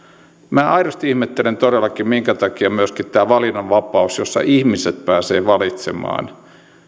minä aidosti ihmettelen todellakin minkä takia myöskin tämä valinnanvapaus jossa ihmiset pääsevät valitsemaan